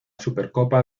supercopa